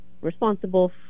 responsible